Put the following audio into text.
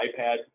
iPad